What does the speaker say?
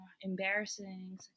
embarrassing